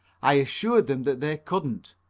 i assured them that they couldn't,